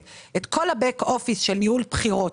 את כל ה-back office של ניהול בחירות,